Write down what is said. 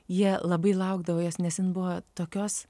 jie labai laukdavo jos nes jinai buvo tokios